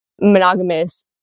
monogamous